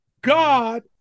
God